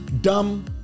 dumb